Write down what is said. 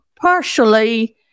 Partially